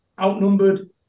outnumbered